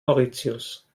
mauritius